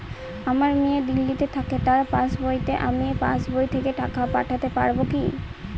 আমার মেয়ে দিল্লীতে থাকে তার পাসবইতে আমি পাসবই থেকে টাকা পাঠাতে পারব কি?